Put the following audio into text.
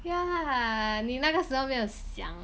yeah 你那个时候没有想